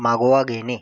मागोवा घेणे